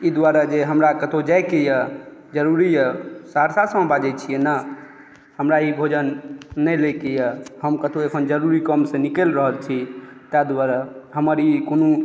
ई दुआरे जे हमरा कतहु जाइके अइ जरूरी अइ सहरसासँ अहाँ बाजै छिए ने हमरा ई भोजन नहि लैके अइ हम कतहु एखन जरूरी कामसँ निकलि रहल छी ताहि दुआरे हमर ई कोनो